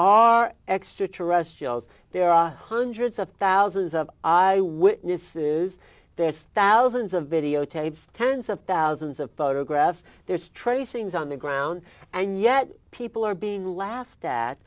are extra terrestrials there are hundreds of thousands of witnesses there's thousands of videotapes tens of thousands of photographs there's tracings on the ground and yet people are being laughed